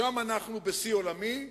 שם אנחנו בשיא עולמי,